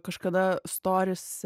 kažkada storyse